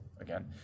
again